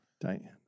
Diane